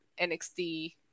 NXT